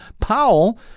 Powell